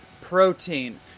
protein